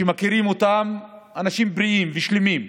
שמכירים אותם, אנשים בריאים ושלמים.